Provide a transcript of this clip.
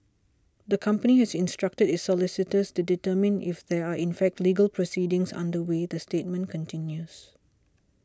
the company has instructed its solicitors to determine if there are in fact legal proceedings underway the statement continues